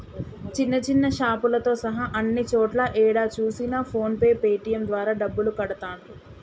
చిన్న చిన్న షాపులతో సహా అన్ని చోట్లా ఏడ చూసినా ఫోన్ పే పేటీఎం ద్వారా డబ్బులు కడతాండ్రు